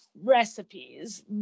recipes